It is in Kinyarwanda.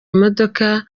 imodoka